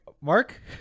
Mark